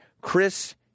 Chris